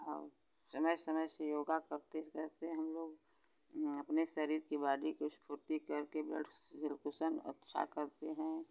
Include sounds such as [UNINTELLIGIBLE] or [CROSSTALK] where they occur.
और समय समय से योगा करते [UNINTELLIGIBLE] है हम लोग अपने शरीर के बॉडी के स्फूर्ति कर के [UNINTELLIGIBLE] कुशन अच्छा करते हैं